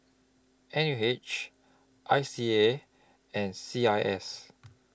N U H I C A and C I S